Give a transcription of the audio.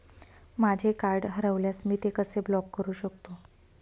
माझे कार्ड हरवल्यास मी ते कसे ब्लॉक करु शकतो?